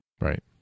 Right